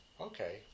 Okay